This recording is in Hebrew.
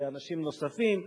ואנשים נוספים,